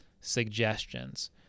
suggestions